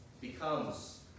becomes